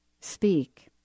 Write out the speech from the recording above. speak